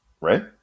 Right